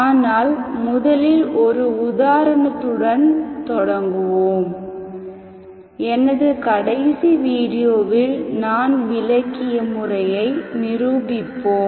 ஆனால் முதலில் ஒரு உதாரணத்துடன் தொடங்குவோம் எனது கடைசி வீடியோவில் நான் விளக்கிய முறையை நிரூபிப்போம்